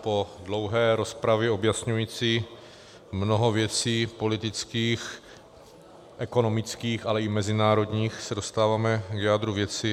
Po dlouhé rozpravě objasňující mnoho věcí politických, ekonomických, ale i mezinárodních, se dostáváme k jádru věci.